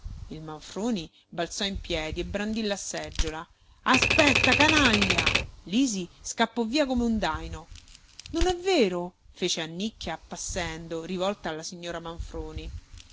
il manfroni balzò in piedi e brandì la seggiola aspetta canaglia lisi scappo via come un daino non è vero fece annicchia appassendo rivolta alla signora manfroni